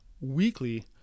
weekly